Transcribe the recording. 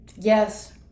Yes